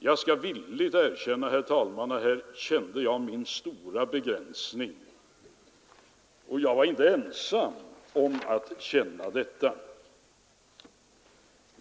Jag skall villigt erkänna, herr talman, att här kände jag min stora begränsning, och jag var inte ensam om att känna det så.